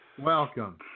Welcome